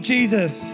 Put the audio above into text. Jesus